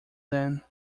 then